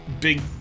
Big